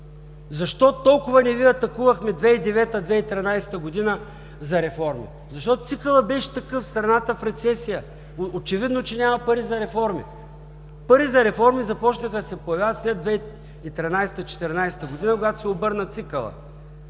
Защо толкова не Ви атакувахме 2009 – 2013 г. за реформи? Защото цикълът беше такъв, страната в рецесия. Очевидно, че няма пари за реформи. Пари за реформи започнаха да се появяват след 2013 – 2014 г., когато се обърна цикълът.